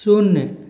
शून्य